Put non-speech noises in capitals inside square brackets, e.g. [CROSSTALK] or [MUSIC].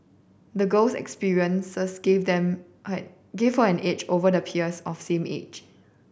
the girl's experiences gave them [UNINTELLIGIBLE] gave her an edge over the peers of same age